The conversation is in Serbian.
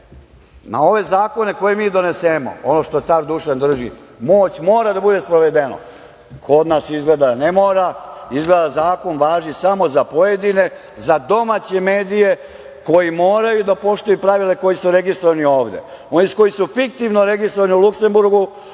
na ove zakone koje mi donesemo, ono što car Dušan drži – moć mora da bude sprovedena. Kod nas izgleda ne mora, izgleda zakon važi samo za pojedine, za domaće medije koji moraju da poštuju pravila i koji su registrovani ovde. Oni koji su fiktivno registrovani u Luksemburgu